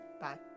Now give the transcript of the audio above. Bye